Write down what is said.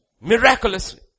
Miraculously